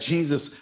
Jesus